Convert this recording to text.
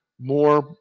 more